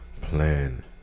Plan